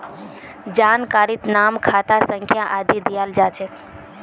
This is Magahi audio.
जानकारीत नाम खाता संख्या आदि दियाल जा छेक